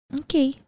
okay